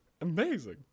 Amazing